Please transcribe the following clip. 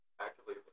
actively